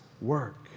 work